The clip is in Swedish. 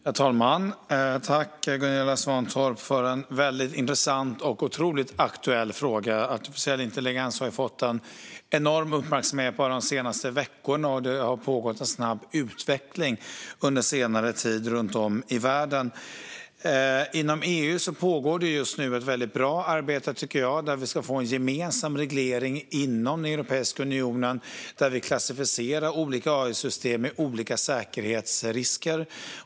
Herr talman! Jag tackar Gunilla Svantorp för en intressant och aktuell fråga. Artificiell intelligens har fått en enorm uppmärksamhet bara de senaste veckorna, och det har på senare tid pågått en snabb utveckling runt om i världen. Inom EU pågår ett bra arbete för att få en gemensam reglering inom Europeiska unionen. Olika AI-system ska klassificeras med olika säkerhetsrisker.